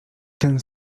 ten